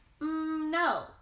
no